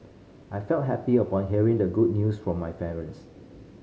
I felt happy upon hearing the good news from my parents